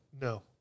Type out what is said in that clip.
No